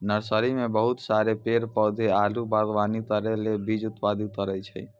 nursery मे बहुत सारा पेड़ पौधा आरु वागवानी करै ले बीज उत्पादित करै छै